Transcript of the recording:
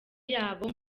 yabo